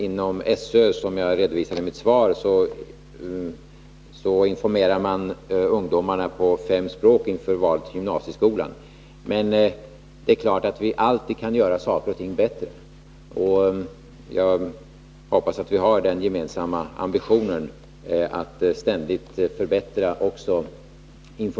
Inför valet till gymnasieskolan informeras ungdomarna av SÖ på fem språk, vilket jag också redovisade i mitt svar. Det är klart att vi alltid kan göra saker och ting bättre. Jag hoppas att vi har den gemensamma ambitionen att ständigt förbättra också informationen.